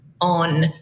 on